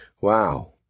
Wow